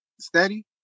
steady